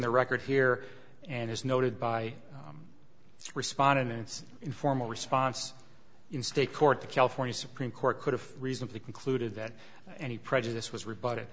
the record here and as noted by its respondents in formal response in state court the california supreme court could have reasonably concluded that any prejudice was